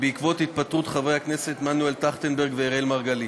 בעקבות התפטרות חברי הכנסת מנואל טרכטנברג ואראל מרגלית,